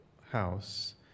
house